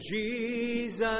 Jesus